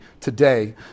today